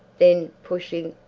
then pushing,